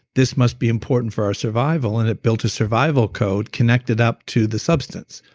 this must be important for our survival, and it built a survival code connected up to the substance,